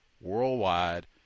worldwide